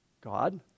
God